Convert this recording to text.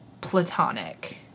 platonic